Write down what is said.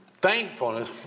Thankfulness